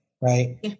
right